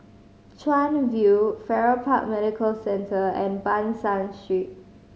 Chuan View Farrer Park Medical Centre and Ban San Street